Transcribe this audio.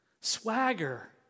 Swagger